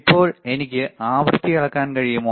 ഇപ്പോൾ എനിക്ക് ആവൃത്തി അളക്കാൻ കഴിയുമോ